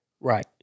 Right